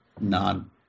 None